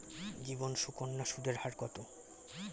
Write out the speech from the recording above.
জীবন সুকন্যা সুদের হার কত?